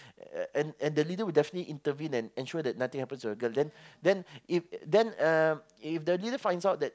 and and the leader will definitely intervene and ensure that nothing happens to the girl then then if then uh if the leader finds out that